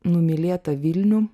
numylėtą vilnių